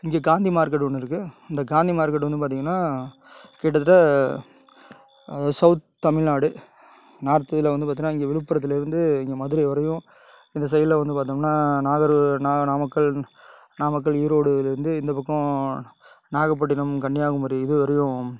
இங்கே காந்தி மார்க்கெட்டு ஒன்று இருக்குது இந்தக் காந்தி மார்க்கெட்டு வந்த பார்த்திங்கனா கிட்டத்தட்ட சௌத் தமிழ்நாடு நார்த்தில் வந்து பார்த்தன்னா இங்கே விழுப்புரத்தில் இருந்து இங்கே மதுரை வரையும் இந்தச் சைடில் வந்து பார்த்தம்னா நாகரு நாமக்கல் நாமக்கல் ஈரோடில் இருந்து இந்தப்பக்கம் நாகப்பட்டிணம் கன்னியாகுமாரி இதுவரையும்